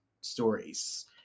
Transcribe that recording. stories